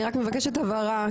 אני רק מבקשת הבהרה,